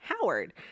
Howard